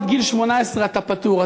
עד גיל 18 אתה פטור.